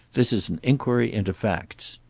this is an inquiry into facts.